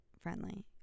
friendly